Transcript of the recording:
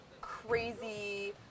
crazy